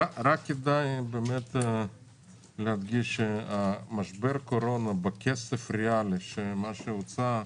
כדאי להדגיש שבמשבר הקורונה בכסף ריאלי מה שהוצא,